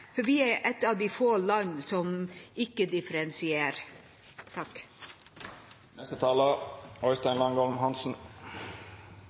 for vi er et av de få landene som ikke differensierer.